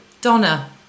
Donna